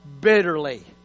bitterly